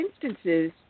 instances